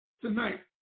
Tonight